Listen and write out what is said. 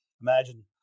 imagine